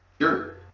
Sure